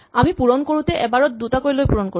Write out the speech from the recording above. আমি পূৰণ কৰোতে এবাৰত দুটাকৈ লৈ পূৰণ কৰো